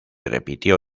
repitió